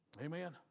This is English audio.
amen